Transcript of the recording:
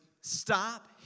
Stop